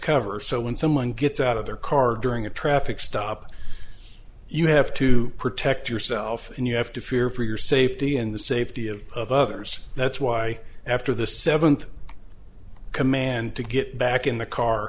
cover so when someone gets out of their car during a traffic stop you have to protect yourself and you have to fear for your safety and the safety of others that's why after the seventh command to get back in the car